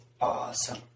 awesome